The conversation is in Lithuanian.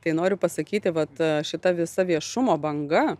tai noriu pasakyti vat šita visa viešumo banga